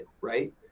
right